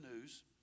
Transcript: news